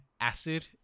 acid